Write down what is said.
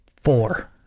four